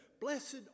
Blessed